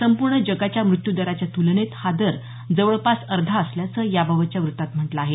संपूर्ण जगाच्या मृत्यूदराच्या तूलनेत हा दर जवळपास अर्धा असल्याचं याबाबतच्या वृत्तात म्हटलं आहे